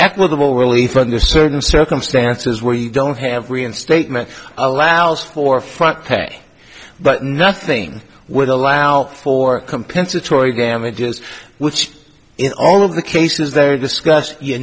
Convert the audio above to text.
equitable really thunder certain circumstances where you don't have reinstatement allows for front pay but nothing would allow for compensatory damages which in all of the k is there discuss you